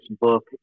book